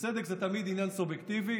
וצדק זה תמיד עניין סובייקטיבי,